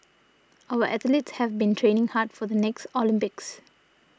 our athletes have been training hard for the next Olympics